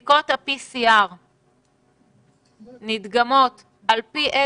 על פי איזה CT בדיקות ה-PCR נדגמות כאן